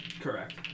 Correct